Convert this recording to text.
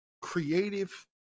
Creative